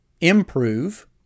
improve